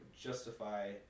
justify